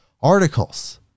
articles